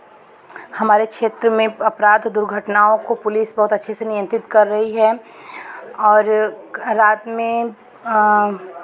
हमारे क्षेत्र में अपराध दुर्घटनाओं को पुलिस बहुत अच्छे से नियंत्रित कर रही है और रात में